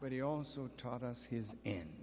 but he also taught us his end